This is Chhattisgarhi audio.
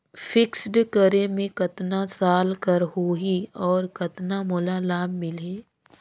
फिक्स्ड करे मे कतना साल कर हो ही और कतना मोला लाभ मिल ही?